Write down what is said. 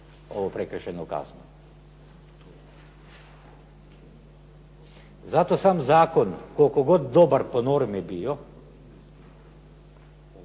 ovu prekršajnu kaznu. Zato sam zakon, koliko god dobar po normi bio